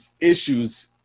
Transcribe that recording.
issues